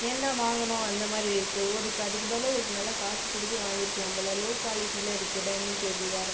ஏன்டா வாங்கினோம் அந்த மாதிரி இருக்குது அதுக்கு பதிலாக ஒரு நல்லா காசு கொடுத்தே வாங்கியிருக்கலாம் போல் லோ குவாலிட்டியில் இருக்குது டைனிங் டேபிள் வேறு